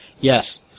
Yes